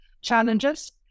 challenges